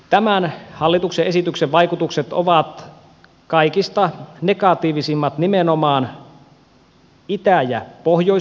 tämän hallituksen esityksen vaikutukset ovat kaikista negatiivisimmat nimenomaan itä ja pohjois suomessa